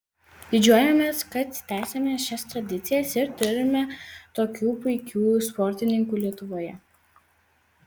didžiuojamės kad tęsiame šias tradicijas ir turime tokių puikių sportininkų lietuvoje